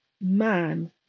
man